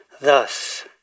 Thus